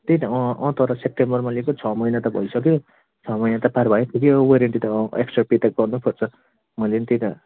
त्यही त तर सेप्टेम्बरमा लिएको छ महिना त भइसक्यो छ महिना त पार भइपुग्यो वारन्टी त एक्स्ट्रा पे त गर्नु पर्छ मैले पनि त्यही त